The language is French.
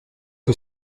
que